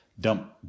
dump